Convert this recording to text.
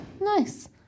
Nice